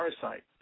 Parasite